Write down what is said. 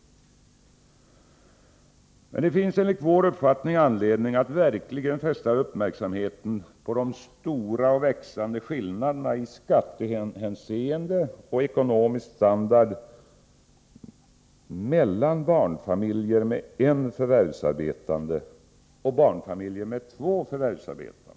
Det finns enligt vår uppfattning anledning att verkligen fästa uppmärksamheten på de stora och växande skillnaderna i skattehänseende och ekonomisk standard mellan barnfamiljer med en förvärvsarbetande och barnfamiljer med två förvärvsarbetande.